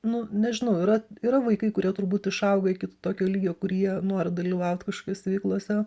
nu nežinau yra yra vaikai kurie turbūt išauga iki tokio lygio kurie nori dalyvaut kažkokiose veiklose